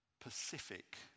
Pacific